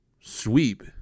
sweep